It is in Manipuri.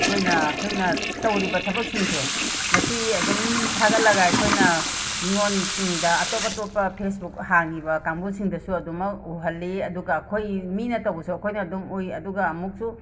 ꯑꯩꯈꯣꯏꯅ ꯑꯩꯈꯣꯏꯅ ꯇꯧꯔꯤꯕ ꯊꯕꯛꯁꯤꯡꯁꯦ ꯃꯁꯤ ꯑꯗꯨꯝ ꯊꯥꯒꯠꯂꯒ ꯑꯩꯈꯣꯏꯅ ꯃꯤꯉꯣꯟꯁꯤꯡꯗ ꯑꯇꯣꯞ ꯑꯇꯣꯞꯄ ꯐꯦꯁꯕꯨꯛ ꯍꯥꯡꯉꯤꯕ ꯀꯥꯡꯕꯨꯁꯤꯡꯗꯁꯨ ꯑꯗꯨꯃꯛ ꯎꯍꯜꯂꯤ ꯑꯗꯨꯒ ꯑꯩꯈꯣꯏ ꯃꯤꯅ ꯇꯧꯕꯁꯨ ꯑꯩꯈꯣꯏꯅ ꯑꯗꯨꯝ ꯎꯏ ꯑꯗꯨꯒ ꯑꯃꯨꯛꯁꯨ